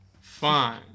Fine